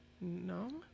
No